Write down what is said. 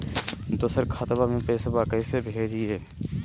दोसर खतबा में पैसबा कैसे भेजिए?